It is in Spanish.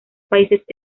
países